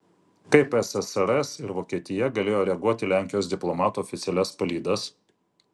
kaip ssrs ir vokietija galėjo reaguoti į lenkijos diplomatų oficialias palydas